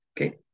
okay